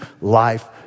life